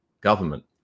government